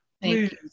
Please